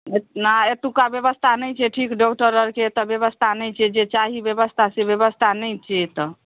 नहि एतुका व्यवस्था नहि छै ठीक डॉक्टर आओरके एतय व्यवस्था नहि छै जे चाही व्यवस्था से व्यवस्था नहि छै एतय